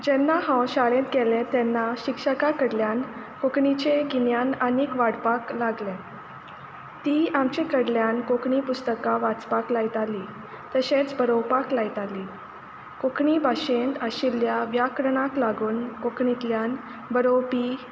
जेन्ना हांव शाळेंत गेलें तेन्ना शिक्षका कडल्यान कोंकणीचें गिन्यान आनी आनीक वाडपाक लागलें ती आमच्या कडल्यान कोंकणी पुस्तकां वाचपाक लायताली तशेंच बरोवपाक लायताली कोंकणी भाशेंत आशिल्ल्या व्याकरणाक लागून कोंकणींतल्यान बरोवपी